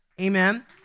Amen